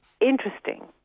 interesting